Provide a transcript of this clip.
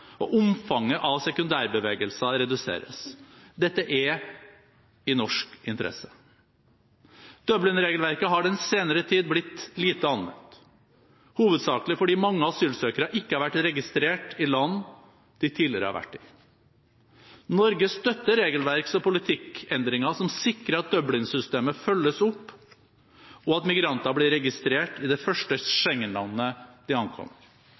og omfanget av sekundærbevegelser reduseres. Dette er i norsk interesse. Dublin-regelverket har den senere tid blitt lite anvendt hovedsakelig fordi mange asylsøkere ikke har vært registrert i land de tidligere har vært i. Norge støtter regelverks- og politikkendringer som sikrer at Dublin-systemet følges opp, og at migranter blir registrert i det første Schengen-landet de ankommer.